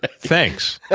thanks,